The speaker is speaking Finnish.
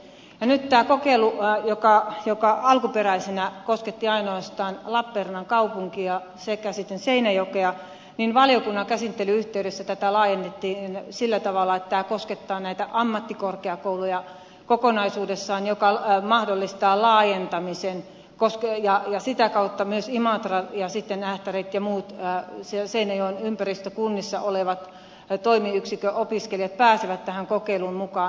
nyt tätä kokeilua joka alkuperäisenä kosketti ainoastaan lappeenrannan kaupunkia sekä sitten seinäjokea valiokunnan käsittelyn yhteydessä laajennettiin sillä tavalla että tämä koskettaa näitä ammattikorkeakouluja kokonaisuudessaan mikä mahdollistaa laajentamisen ja sitä kautta myös imatralla ja sitten ähtärissä ja muissa seinäjoen ympäristökunnissa olevat toimiyksikköopiskelijat pääsevät tähän kokeiluun mukaan